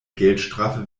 geldstrafe